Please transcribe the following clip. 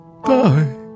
Bye